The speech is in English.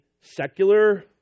secular